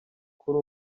kuri